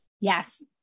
Yes